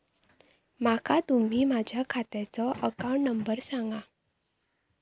माका तुम्ही माझ्या खात्याचो अकाउंट नंबर सांगा?